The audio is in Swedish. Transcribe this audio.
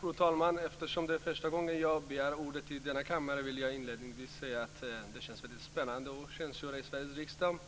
Fru talman! Eftersom det är första gången jag begär ordet i denna kammare vill jag inledningsvis säga att det känns väldigt spännande att tjänstgöra i Sveriges riksdag,